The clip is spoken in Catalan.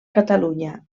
catalunya